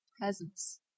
peasants